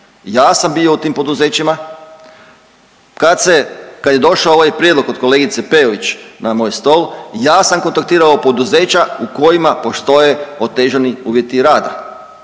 ja sam bio u tim poduzećima. Kad se, kad je došao ovaj prijedlog od kolegice Peović na moj stol ja sam kontaktirao poduzeća u kojima postoje otežani uvjeti rada.